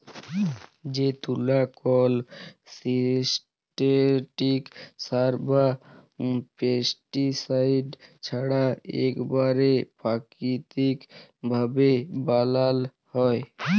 যে তুলা কল সিল্থেটিক সার বা পেস্টিসাইড ছাড়া ইকবারে পাকিতিক ভাবে বালাল হ্যয়